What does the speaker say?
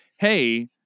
hey